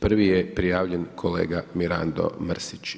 Prvi je prijavljen kolega Mirando Mrsić.